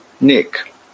Nick